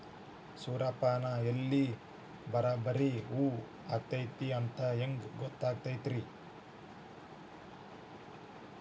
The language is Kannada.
ಸೂರ್ಯಪಾನ ಎಲ್ಲ ಬರಬ್ಬರಿ ಹೂ ಆಗೈತಿ ಅಂತ ಹೆಂಗ್ ಗೊತ್ತಾಗತೈತ್ರಿ?